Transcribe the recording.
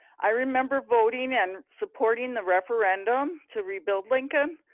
i remember voting and supporting the referendum to rebuild lincoln.